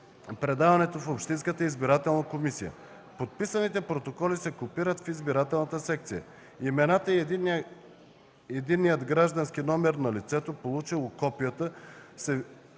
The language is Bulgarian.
предаването в общинската избирателна комисия. Подписаните протоколи се копират в избирателната секция. Имената и единният граждански номер на лицето, получило копията, се вписват